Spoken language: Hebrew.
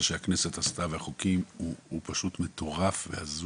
שהכנסת עשתה והחוקים הוא פשוט מטורף והזוי,